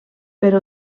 per